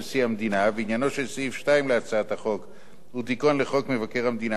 נשיא המדינה ועניינו של סעיף 2 להצעת החוק הוא תיקון לחוק מבקר המדינה,